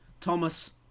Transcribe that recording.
Thomas